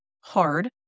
hard